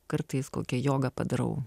kartais kokią jogą padarau